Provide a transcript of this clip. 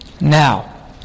Now